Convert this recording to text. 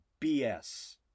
BS